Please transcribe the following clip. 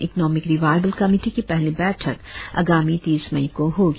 economic revival committee की पहली बैठक आगामी तीस मई को होगी